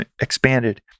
expanded